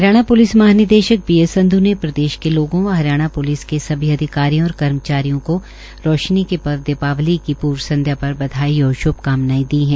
Haryana police महानिदेशक Shri B S Sandhu ने प्रदेश के लोगों व हरियाणा प्लिस के सभी अधिकारियों और कर्मचारियों को रोशनी के पर्व दीपावली की पूर्व संध्या पर बधाई और श्भकामनाएं दी हैं